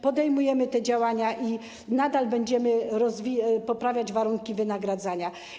Podejmujemy kolejne działania i nadal będziemy poprawiać warunki wynagradzania.